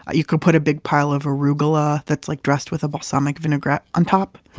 ah you could put a big pile of arugula that's like dressed with a balsamic vinegar on top.